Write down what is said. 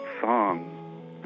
song